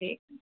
ठीक है